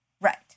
Right